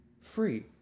free